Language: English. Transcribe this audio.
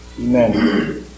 amen